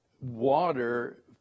water